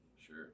Sure